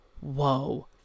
whoa